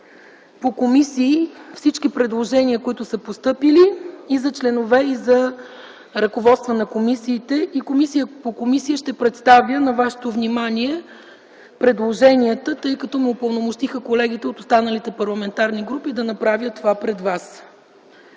по комисии всички предложения, които са постъпили – и за членове, и за ръководства на комисиите. Комисия по комисия ще представя на вашето внимание предложенията, тъй като колегите от останалите парламентарни групи ме упълномощиха да направя това пред вас.